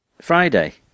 Friday